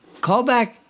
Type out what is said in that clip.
callback